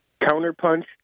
counterpunch